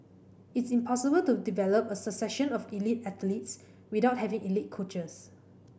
it's impossible to develop a succession of elite athletes without having elite coaches